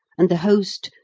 and the host,